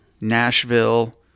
nashville